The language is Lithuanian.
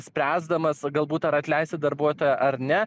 spręsdamas galbūt ar atleisti darbuotoją ar ne